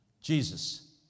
Jesus